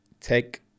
take